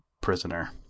prisoner